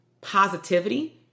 positivity